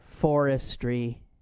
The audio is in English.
forestry